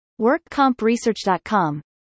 WorkCompResearch.com